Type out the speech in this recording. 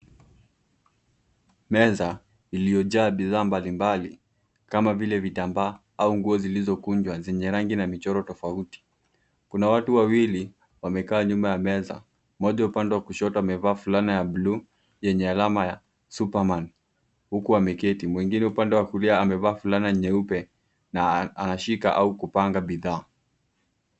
Meza iliyojaa bidhaa mbalimbali kama vile vitambaa au nguo zilizokunjwa zenye rangi na michoro tofauti. Kuna watu wawili wamekaa nyuma ya meza. Mmoja upande wa kushoto amevaa fulana ya bluu yenye alama ya Superman huku ameketi. Mwingine upande wa kulia amevaa fulana nyeupe na anashika au kupanga bidhaa.